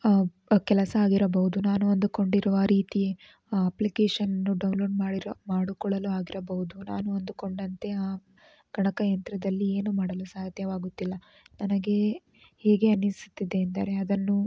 ಕೆಲಸ ಆಗಿರಬಹುದು ನಾನು ಅಂದುಕೊಂಡಿರುವ ರೀತಿ ಅಪ್ಲಿಕೇಶನ್ ಡೌನ್ಲೋಡ್ ಮಾಡಿರೋ ಮಾಡಿಕೊಳ್ಳಲು ಆಗಿರಬಹುದು ನಾನು ಅಂದುಕೊಂಡಂತೆ ಆ ಗಣಕಯಂತ್ರದಲ್ಲಿ ಏನೂ ಮಾಡಲು ಸಾಧ್ಯವಾಗುತ್ತಿಲ್ಲ ನನಗೆ ಹೇಗೆ ಅನಿಸುತ್ತಿದೆ ಅಂದರೆ ಅದನ್ನು